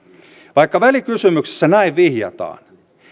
vaikka välikysymyksessä näin vihjataan